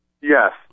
Yes